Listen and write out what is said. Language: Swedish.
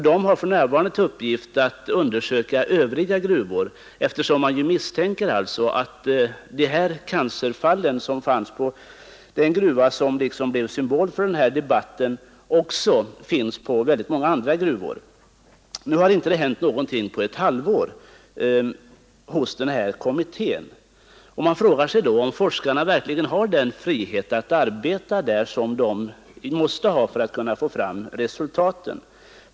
De har för närvarande till uppgift att undersöka övriga gruvor, eftersom man ju misstänker att sådana cancerfall som konstaterats vid den gruva som liksom blev symbol för den här debatten också förekommer vid andra gruvor. Nu har det inte hänt någonting på ett halvår hos den här kommittén, och man frågar sig då om forskarna där verkligen har den frihet att arbeta som de måste ha för att kunna nå resultat i sitt arbete.